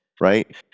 right